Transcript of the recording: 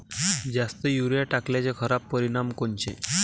जास्त युरीया टाकल्याचे खराब परिनाम कोनचे?